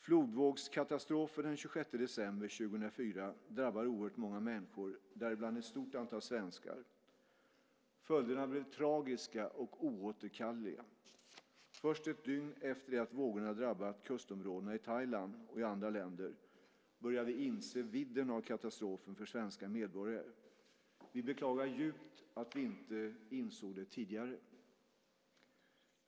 Flodvågskatastrofen den 26 december 2004 drabbade oerhört många människor, däribland ett stort antal svenskar. Följderna blev tragiska och oåterkalleliga. Först ett dygn efter det att vågorna drabbat kustområdena i Thailand och i andra länder började vi inse vidden av katastrofen för svenska medborgare. Vi beklagar djupt att vi inte insåg det tidigare.